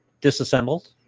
Disassembled